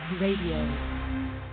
Radio